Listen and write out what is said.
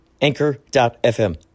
Anchor.fm